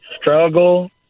struggle